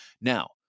Now